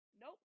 Nope